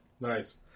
nice